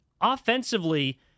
offensively